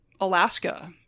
Alaska